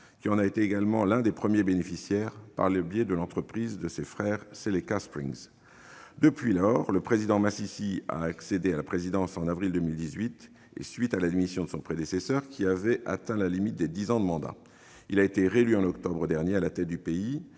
qui en a également été l'un des premiers bénéficiaires, par le biais de l'entreprise de ses frères Seleka Springs ». Depuis lors, le président Masisi a accédé à la présidence, en avril 2018, à la suite de la démission de son prédécesseur, qui avait atteint la limite des dix ans de mandat. Il a été réélu en octobre dernier à la tête du pays.